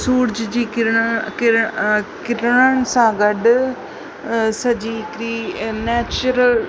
सूरज जी किरण किर किरणनि सां गॾु सॼी हिकड़ी नैचुरल